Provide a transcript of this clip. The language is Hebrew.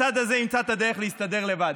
הצד הזה ימצא את הדרך להסתדר לבד.